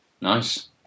Nice